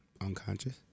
Unconscious